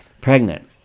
pregnant